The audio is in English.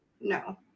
No